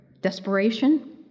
desperation